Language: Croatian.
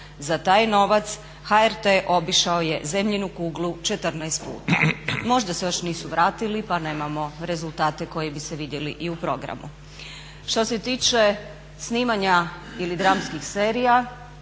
Za taj novac HRT obišao je zemljinu kuglu 14 puta. Možda se još nisu vratili pa nemamo rezultate koji bi se vidjeli i u programu. Što se tiče snimanja ili dramskih serija,